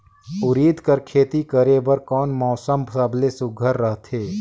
उरीद कर खेती करे बर कोन मौसम सबले सुघ्घर रहथे?